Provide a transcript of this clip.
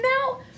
now